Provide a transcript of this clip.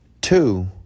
Two